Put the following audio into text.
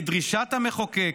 כדרישת המחוקק,